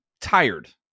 tired